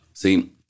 See